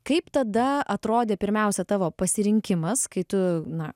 kaip tada atrodė pirmiausia tavo pasirinkimas kai tu na